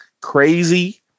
crazy